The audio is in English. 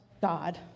God